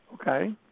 okay